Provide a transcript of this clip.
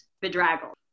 bedraggled